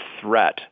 threat